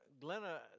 Glenna